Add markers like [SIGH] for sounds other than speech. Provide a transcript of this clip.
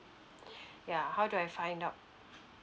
[BREATH] ya how do I find out